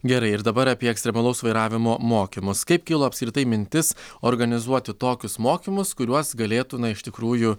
gerai ir dabar apie ekstremalaus vairavimo mokymus kaip kilo apskritai mintis organizuoti tokius mokymus kuriuos galėtų na iš tikrųjų